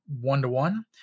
one-to-one